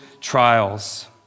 trials